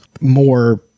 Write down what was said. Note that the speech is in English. more